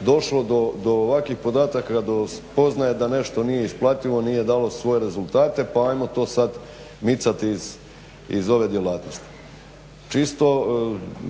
došlo do ovakvih podataka, do spoznaja da nešto nije isplativo, nije dalo svoje rezultate pa ajmo to sada micati iz ove djelatnosti. Čisto,